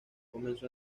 comenzó